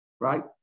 right